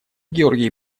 георгий